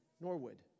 Norwood